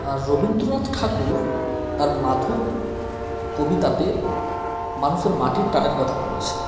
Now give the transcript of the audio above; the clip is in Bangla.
আর রবীন্দ্রনাথ ঠাকুর তার মাধো কবিতাতে মানুষের মাটির টানের কথা বলেছেন